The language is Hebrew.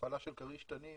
הפעלה של כריש תנין